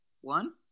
One